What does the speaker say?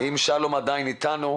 אם שלום עדיין איתנו,